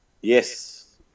Yes